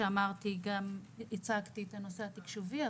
הצגתי את הנושא התקשובי,